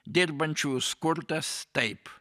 dirbančiųjų skurdas taip